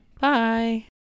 Bye